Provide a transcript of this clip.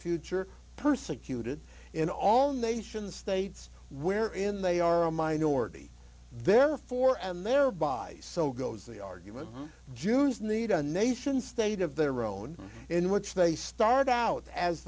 future persecuted in all nations states where in they are a minority therefore and thereby so goes the argument jews need a nation state of their own in which they start out as